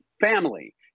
family